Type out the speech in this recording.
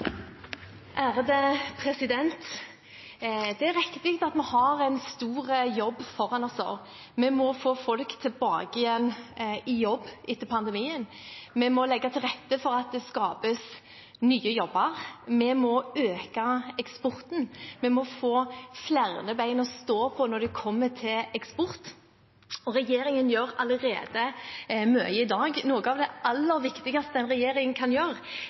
Det er riktig at vi har en stor jobb foran oss. Vi må få folk tilbake i jobb etter pandemien. Vi må legge til rette for at det skapes nye jobber. Vi må øke eksporten. Vi må få flere ben å stå på når det gjelder eksport. Regjeringen gjør allerede mye i dag. Noe av det aller viktigste en regjering kan gjøre,